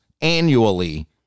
annually